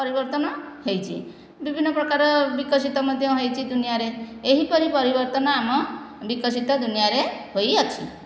ପରିବର୍ତ୍ତନ ହେଇଛି ବିଭିନ୍ନ ପ୍ରକାର ବିକଶିତ ମଧ୍ୟ ହେଇଛି ଦୁନିଆଁରେ ଏହିପରି ପରିବର୍ତ୍ତନ ଆମ ବିକଶିତ ଦୁନିଆଁରେ ହୋଇଅଛି